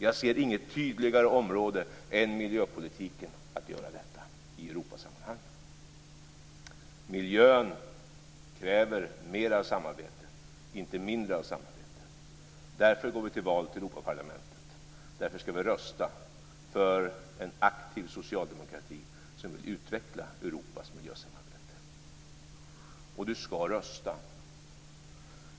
Jag ser inget tydligare område än miljöpolitiken att göra detta på i Europasammanhang. Miljön kräver mer av samarbete, inte mindre av samarbete. Därför går vi till val till Europaparlamentet. Därför skall vi rösta för en aktiv socialdemokrati som vill utveckla Europas miljösamarbete. Och du skall rösta!